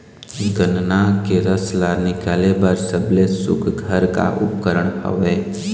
गन्ना के रस ला निकाले बर सबले सुघ्घर का उपकरण हवए?